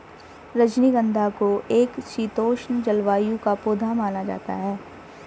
रजनीगंधा को एक शीतोष्ण जलवायु का पौधा माना जाता है